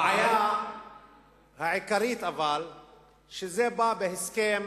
אבל הבעיה העיקרית היא שזה בא בהסכם